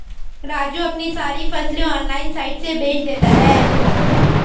राजू अपनी सारी फसलें ऑनलाइन साइट से बेंच देता हैं